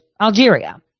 Algeria